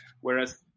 Whereas